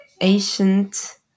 ancient